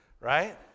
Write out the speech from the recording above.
right